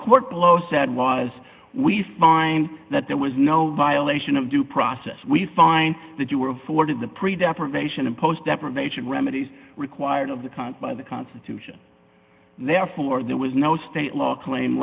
court below said was we find that there was no violation of due process we find that you were afforded the pre deprivation imposed deprivation remedies required of the content of the constitution therefore there was no state law claim